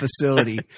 facility